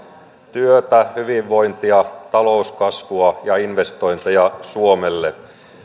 työtä hyvinvointia talouskasvua ja investointeja suomelle